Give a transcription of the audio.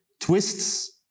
twists